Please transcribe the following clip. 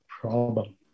problem